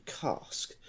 cask